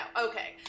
Okay